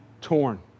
torn